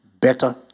better